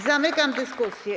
Zamykam dyskusję.